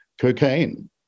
cocaine